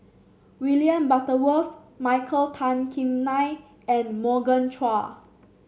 William Butterworth Michael Tan Kim Nei and Morgan Chua